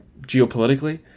geopolitically